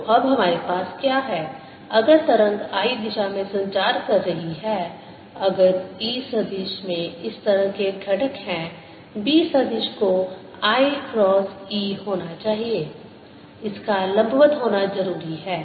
तो अब हमारे पास क्या है अगर तरंग i दिशा में संचार कर रही है अगर E सदिश में इस तरह के घटक हैं B सदिश को i क्रॉस E होना होगा इसका लंबवत होना जरूरी है